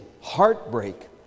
heartbreak